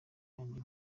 yanjye